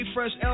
Fresh